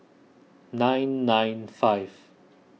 nine nine five